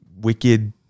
wicked